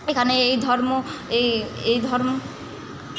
এখানে এই ধর্ম এই এই ধর্ম